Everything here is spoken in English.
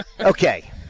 Okay